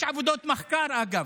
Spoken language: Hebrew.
יש עבודות מחקר, אגב.